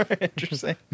Interesting